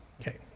Okay